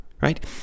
Right